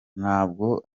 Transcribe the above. nubwo